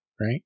right